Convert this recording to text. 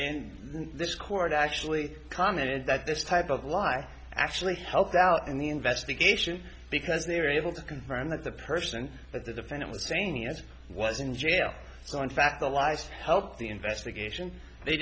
in this court actually commented that this type of lie actually helped out in the investigation because they were able to confirm that the person that the defendant was sane as was in jail so in fact the lies helped the investigation they